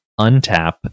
untap